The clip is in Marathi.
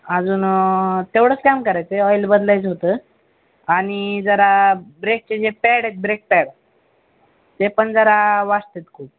अजून तेवढंच काम करायचं आहे ऑईल बदलायचं होतं आणि जरा ब्रेकचे जे पॅड आहेत ब्रेक पॅड ते पण जरा वाजतात खूप